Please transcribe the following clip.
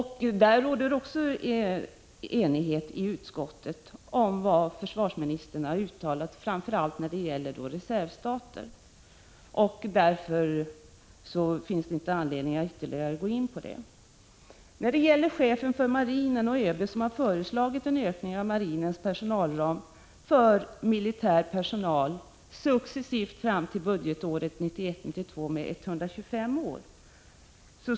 Här råder det också enighet i utskottet om vad försvarsministern har uttalat framför allt om försvarsmaktens reservstater. Det finns därför inte någon anledning att gå in på detta. Chefen för marinen och ÖB har föreslagit en ökning av marinens personalram för militär personal successivt fram till budgetåret 1991/92 med 125 personår.